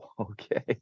okay